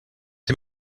him